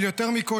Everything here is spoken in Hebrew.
אבל יותר מכול,